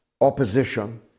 opposition